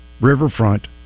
Riverfront